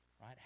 Right